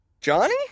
Johnny